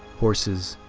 horses,